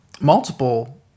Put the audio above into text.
multiple